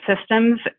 systems